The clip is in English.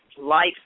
Life